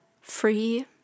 free